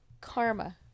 karma